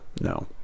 no